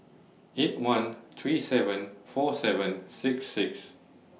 eight one three seven four seven six six